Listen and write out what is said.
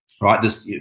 Right